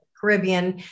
Caribbean